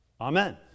Amen